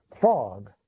fog